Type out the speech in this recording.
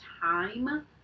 time